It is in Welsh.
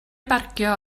barcio